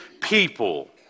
people